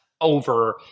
over